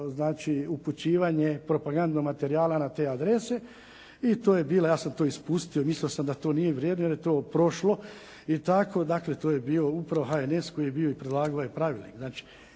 bilo upućivanje propagandnog materijala na te adrese. I to je bilo, ja sam to ispustio, mislio sam da to nije vrijedilo jer je to prošlo i tako. Dakle, to je bio upravo HNS koji je bio i predlagao ovaj pravilnik.